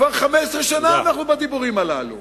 כבר 15 שנה אנחנו בדיבורים הללו.